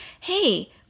hey